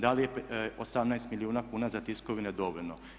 Da li je 18 milijuna kuna za tiskovine dovoljno?